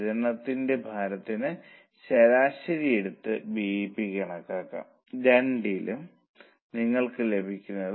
875 ആയി മാറുന്നു തുടർന്ന് എല്ലാ പൊരുത്തങ്ങളും നിങ്ങൾക്ക് ലഭിക്കുന്നു